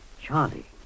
Charlie